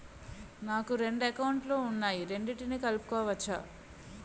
నాకు రెండు అకౌంట్ లు ఉన్నాయి రెండిటినీ కలుపుకోవచ్చా?